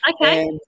Okay